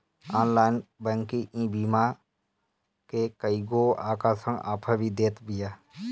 online banking ईबीमा के कईगो आकर्षक आफर भी देत बिया